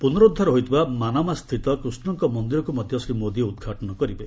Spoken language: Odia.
ପୁନରୁଦ୍ଧାର ହୋଇଥିବା ମାନାମା ସ୍ଥିତ କୃଷ୍ଣଙ୍କ ମନ୍ଦିରକୁ ମଧ୍ୟ ଶ୍ରୀ ମୋଦୀ ଉଦ୍ଘାଟନ କରିବେ